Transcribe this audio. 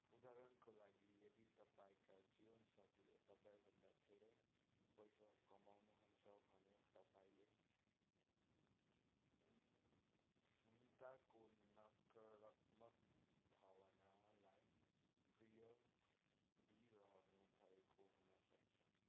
उदाहरणका लागि यदि तपाईँँका जीवनसाथीले तपाईँँभन्दा धेरै पैसा कमाउनुहुन्छ भने तपाईँँले हीनताको नकारात्मक भावनालाई प्रिय दिइरहनु भएको हुनसक्छ